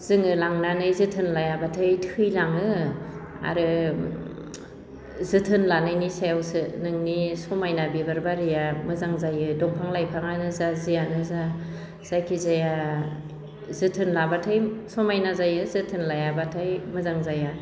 जोङो लांनानै जोथोन लायाब्लाथाय थैलाङो आरो जोथोन लानायनि सायावसो नोंनि समायना बिबार बारिया मोजां जायो दंफां लाइफांआनो जा जियानो जा जायखिजाया जोथोन लाब्लाथाय समायना जायो जोथोन लायाब्लाथाय मोजां जाया